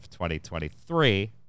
2023